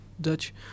Dutch